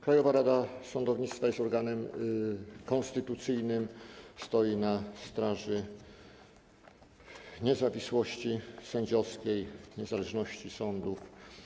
Krajowa Rada Sądownictwa jest organem konstytucyjnym, stoi na straży niezawisłości sędziowskiej, niezależności sądów.